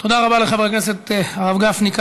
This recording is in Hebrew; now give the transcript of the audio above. תודה רבה לחבר הכנסת הרב גפני.